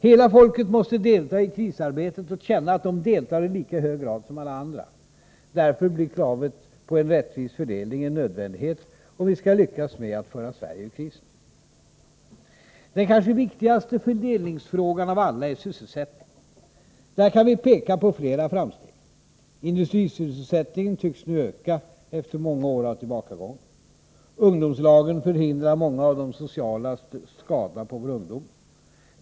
Hela folket måste delta i krisarbetet och känna att de deltar i lika hög grad som alla andra. Därför blir kravet på en rättvis fördelning en nödvändighet om vi skall lyckas med att föra Sverige ur krisen. Den kanske viktigaste fördelningsfrågan av alla är sysselsättningen. Där kan vi peka på flera framsteg. Industrisysselsättningen tycks nu öka efter många år av tillbakagång. Ungdomslagen förhindrar många av de sociala skadorna på vår ungdom.